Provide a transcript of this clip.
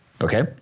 Okay